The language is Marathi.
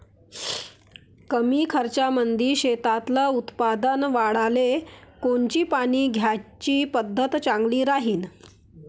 कमी खर्चामंदी शेतातलं उत्पादन वाढाले कोनची पानी द्याची पद्धत चांगली राहीन?